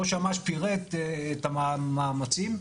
ראש אמ"ש פירט את המאמצים.